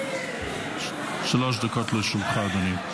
שלוש דקות לרשותך, אדוני.